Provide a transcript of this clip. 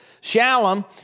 Shalom